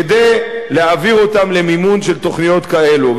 כדי להעביר אותם למימון של תוכניות כאלו.